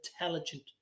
intelligent